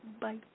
Bye